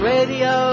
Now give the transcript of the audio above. Radio